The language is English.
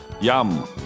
Yum